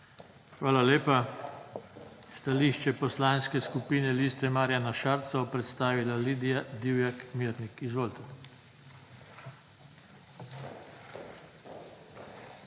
Hvala lepa. Stališče Poslanske skupine Liste Marjana Šarca bo predstavila Lidija Divjak Mirnik. Izvolite.